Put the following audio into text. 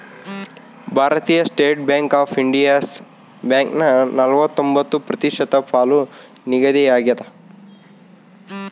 ಭಾರತೀಯ State Bank of India Yes ಬ್ಯಾಂಕನ ನಲವತ್ರೊಂಬತ್ತು ಪ್ರತಿಶತ ಪಾಲು ನಿಗದಿಯಾಗ್ಯದ